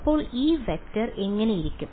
അപ്പോൾ ഈ വെക്റ്റർ എങ്ങനെയിരിക്കും